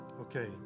okay